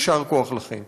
יישר כוח לכן.